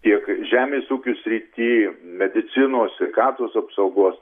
tiek žemės ūkio srity medicinos sveikatos apsaugos